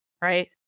right